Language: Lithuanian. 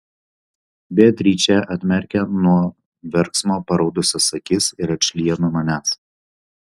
beatričė atmerkia nuo verksmo paraudusias akis ir atšlyja nuo manęs